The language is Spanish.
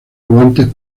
guantes